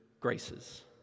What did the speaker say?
graces